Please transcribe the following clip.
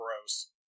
gross